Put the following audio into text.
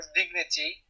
dignity